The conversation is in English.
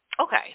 Okay